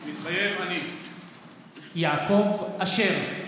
מתחייב אני יעקב אשר,